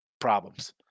problems